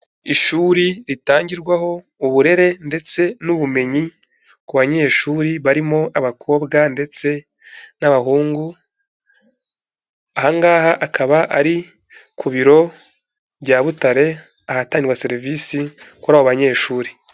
Ishuri ritangirwaho uburere ndetse n'ubumenyi ku banyeshuri barimo abakobwa ndetse n'abahungu, aha ngaha akaba ari ku biro bya Butare ahatangirwa serivisi kuri abo banyeshuri.